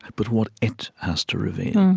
but what it has to reveal,